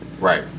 Right